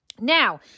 Now